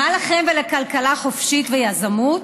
מה לכם ולכלכלה חופשית ויזמות?